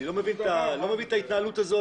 לא מבין את ההתנהלות הזאת.